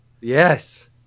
Yes